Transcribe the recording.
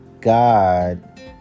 God